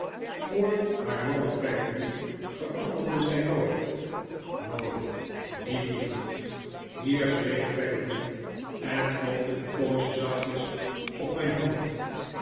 voor haar malle peggotty veranderde zij nooit nooit die lieve hier zweeg peggotty en klopte een poosje zachtjes op mijn hand